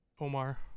Omar